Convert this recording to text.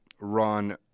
run